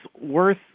worth